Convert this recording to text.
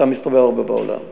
אתה מסתובב הרבה בעולם.